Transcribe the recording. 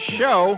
show